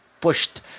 pushed